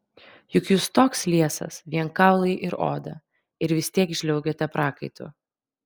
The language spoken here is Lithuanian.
juk jūs toks liesas vien kaulai ir oda ir vis tiek žliaugiate prakaitu